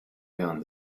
jahren